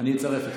אני אצרף אתכם.